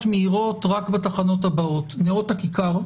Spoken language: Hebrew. מהירות רק בתחנות הבאות: נאות הכיכר,